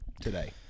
today